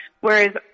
whereas